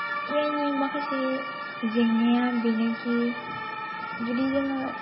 ए आइ नि माखासे जेंनाया बेनोखि जुदि जोङो